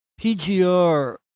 pgr